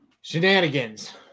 Shenanigans